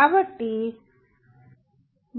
కాబట్టి